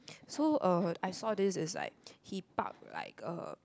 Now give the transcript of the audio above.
so uh I saw this is like he park like uh